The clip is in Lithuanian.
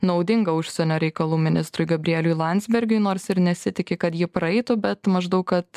naudinga užsienio reikalų ministrui gabrieliui landsbergiui nors ir nesitiki kad ji praeitų bet maždaug kad